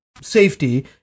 safety